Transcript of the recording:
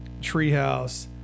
Treehouse